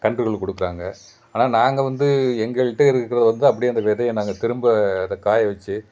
கன்றுகள் கொடுக்கறாங்க ஆனால் நாங்கள் வந்து எங்கள்ட்ட இருக்கிறது வந்து அப்படியே அந்த விதைய நாங்கள் திரும்ப அதை காய வெச்சு